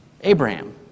Abraham